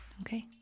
Okay